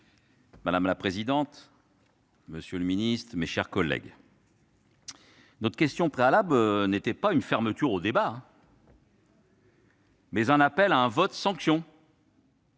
Madame la présidente, monsieur le ministre, mes chers collègues, notre question préalable ne valait pas fermeture au débat, mais appel à un vote sanction-